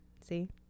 See